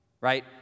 Right